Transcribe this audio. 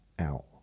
out